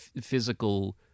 physical